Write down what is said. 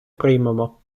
приймемо